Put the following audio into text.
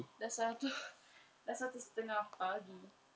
dah satu dah satu setengah pagi